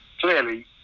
clearly